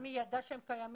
האם היא ידעה שהם קיימים.